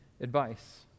advice